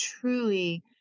truly